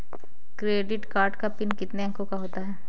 Credit card का pin कितने अंकों का होता है?